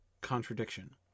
contradiction